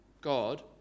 God